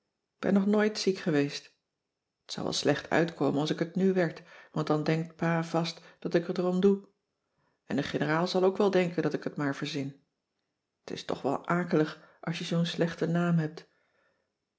k ben nog nooit ziek geweest t zou wel slecht uitkomen als ik het nu werd want dan denkt pa vast dat ik het erom doe en de generaal zal ook wel denken dat ik het maar verzin t is toch wel akelig als je zoo'n slechte naam hebt